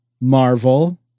Marvel